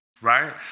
Right